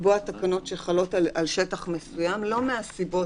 לקבוע תקנות שחלות על שטח מסוים לא מהסיבות